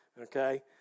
okay